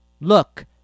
look